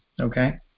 okay